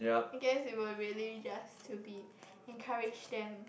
I guess we will really just to be encourage them